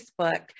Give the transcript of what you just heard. Facebook